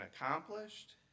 accomplished